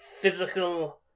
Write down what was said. physical